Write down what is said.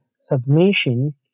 submission